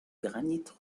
granit